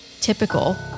typical